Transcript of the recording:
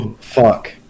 Fuck